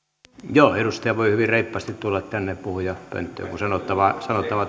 sanoa edustaja voi hyvin reippaasti tulla tänne puhujapönttöön kun sanottavaa